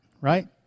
right